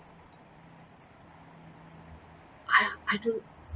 !aiya! I don't